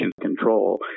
control